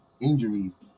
injuries